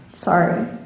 Sorry